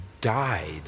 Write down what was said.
died